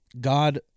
God